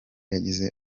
yagize